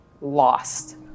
lost